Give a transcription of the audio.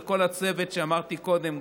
לכל הצוות שאמרתי קודם,